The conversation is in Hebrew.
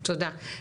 תודה.